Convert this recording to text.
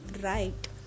right